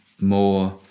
more